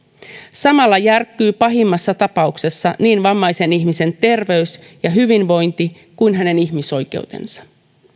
samalla järkkyy pahimmassa tapauksessa niin vammaisen ihmisen terveys ja hyvinvointi kuin hänen ihmisoikeutensa